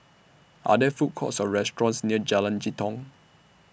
Are There Food Courts Or restaurants near Jalan Jitong